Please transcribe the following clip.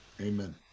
Amen